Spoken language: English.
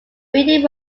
building